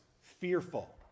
fearful